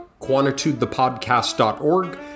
QuantitudeThePodcast.org